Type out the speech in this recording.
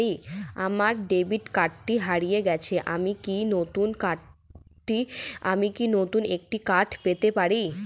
আমার ডেবিট কার্ডটি হারিয়ে গেছে আমি কি নতুন একটি কার্ড পেতে পারি?